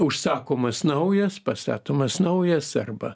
užsakomas naujas pastatomas naujas arba